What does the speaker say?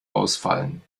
ausfallen